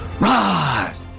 rise